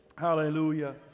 Hallelujah